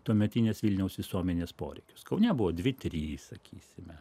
tuometinės vilniaus visuomenės poreikius kaune buvo dvi trys sakysime